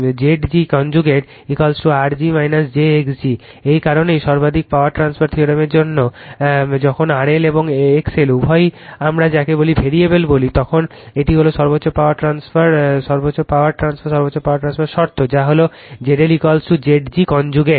অতএব Zg কনজুগেটR g j x g এই কারণেই সর্বাধিক পাওয়ার ট্রান্সফার থিওরেমের জন্য যখন RL এবং XL উভয়ই আমরা যাকে ভেরিয়েবল বলি তখন এটি হল সর্বোচ্চ পাওয়ার ট্রান্সফার সর্বোচ্চ পাওয়ার ট্রান্সফারের শর্ত যা ZLZg কনজুগেট